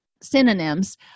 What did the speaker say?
synonyms